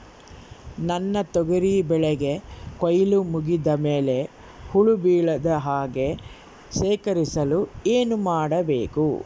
ನನ್ನ ತೊಗರಿ ಬೆಳೆಗೆ ಕೊಯ್ಲು ಮುಗಿದ ಮೇಲೆ ಹುಳು ಬೇಳದ ಹಾಗೆ ಶೇಖರಿಸಲು ಏನು ಮಾಡಬೇಕು?